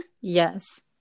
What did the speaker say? Yes